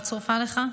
לא צורפה לך?